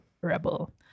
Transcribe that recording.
rebel